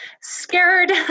scared